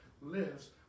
lives